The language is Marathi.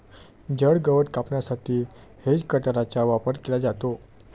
जड गवत कापण्यासाठी हेजकटरचा वापर केला जातो